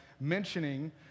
mentioning